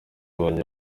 tubonye